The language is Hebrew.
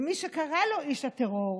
ומי שקרא לו איש הטרור,